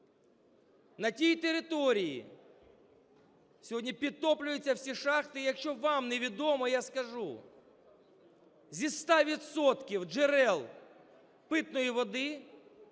На тій території сьогодні підтоплюються всі шахти, якщо вам невідомо, я скажу, зі 100 відсотків джерел питної води